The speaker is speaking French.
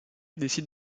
décide